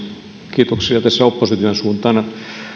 kiitoksia opposition suuntaan